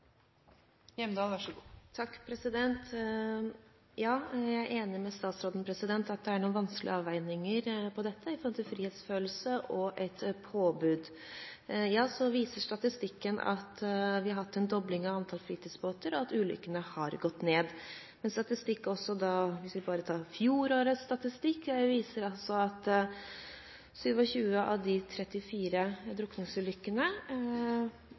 noen vanskelige avveininger her når det gjelder frihetsfølelse og et påbud. Statistikken viser at vi har hatt en dobling i antall fritidsbåter, og at antall ulykker har gått ned. Men hvis vi bare ser på fjorårets statistikk, viser den at 27 av de 34 drukningsulykkene